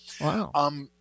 Wow